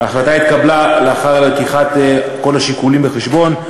ההחלטה התקבלה לאחר הבאת כל השיקולים בחשבון,